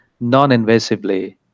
non-invasively